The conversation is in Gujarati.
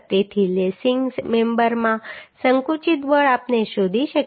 તેથી લેસિંગ મેમ્બરમાં સંકુચિત બળ આપણે શોધી શકીએ છીએ